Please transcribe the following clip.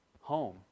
home